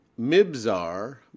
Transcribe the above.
Mibzar